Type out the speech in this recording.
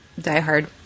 diehard